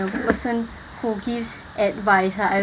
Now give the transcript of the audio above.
person who gives advice ah I